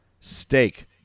Steak